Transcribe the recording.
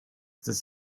this